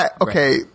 okay